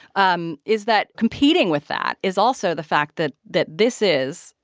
um is that competing with that is also the fact that that this is,